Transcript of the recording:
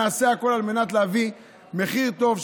ונעשה הכול כדי להביא למחיר טוב,